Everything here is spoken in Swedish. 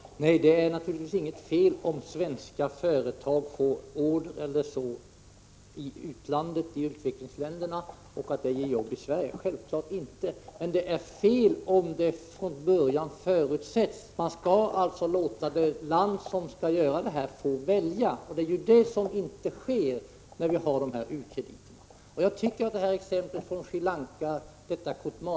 Fru talman! Nej, det är naturligtvis inte fel om svenska företag får order i utvecklingsländerna och det ger jobb i Sverige, självfallet inte. Men det är fel om det från början förutsätts. Man skall låta det land som berörs välja. Det är det som inte sker när vi ge u-krediter. Jag tycker att Kotmaleprojektet i Sri Lanka är ett mycket bra exempel på den negativa inverkan som användningen av biståndsmedel till krediter har.